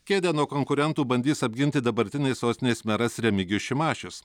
kėdę nuo konkurentų bandys apginti dabartinis sostinės meras remigijus šimašius